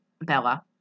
Bella